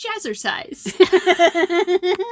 Jazzercise